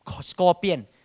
scorpion